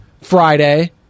Friday